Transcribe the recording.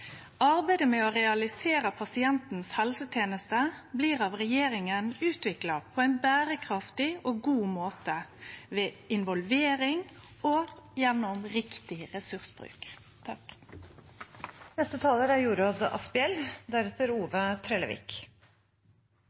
Arbeidet med å realisere pasientens helseteneste blir av regjeringa utvikla på ei berekraftig og god måte, ved involvering og gjennom riktig ressursbruk. Kommuneproposisjonen og RNB er